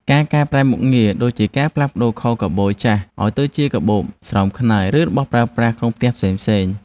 ការកែប្រែមុខងារ ដូចជាការផ្លាស់ប្តូរខោខូវប៊យចាស់ឱ្យទៅជាកាបូប ស្រោមខ្នើយ ឬរបស់ប្រើប្រាស់ក្នុងផ្ទះផ្សេងៗ។